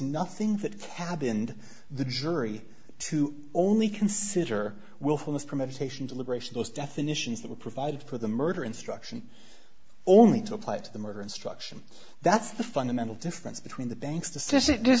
nothing that can be in the jury to only consider willfulness premeditation deliberation those definitions that were provided for the murder instruction only to apply to the murder instruction that's the fundamental difference between the banks the